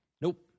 Nope